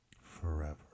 forever